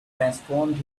transformed